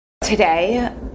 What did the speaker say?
Today